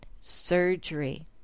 surgery